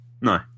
No